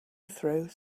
through